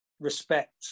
Respect